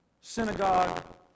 synagogue